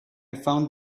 found